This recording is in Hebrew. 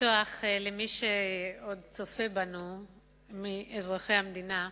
צופה בנו מאזרחי המדינה,